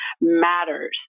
matters